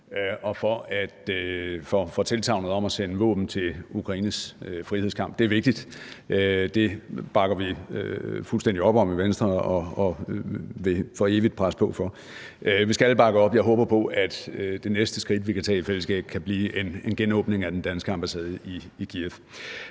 og for tilsagnet om at sende våben til Ukraines frihedskamp. Det er vigtigt, og det bakker vi fuldstændig op om i Venstre og vil for evigt presse på for. Vi skal alle bakke op, og jeg håber på, at det næste skridt, vi kan tage i fællesskab, kan blive en genåbning af den danske ambassade i Kyiv.